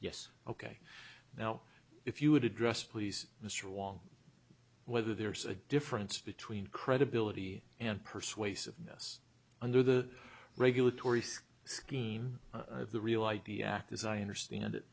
yes ok now if you would address please mr wong whether there's a difference between credibility and persuasiveness under the regulatory scheme the real id act as i understand it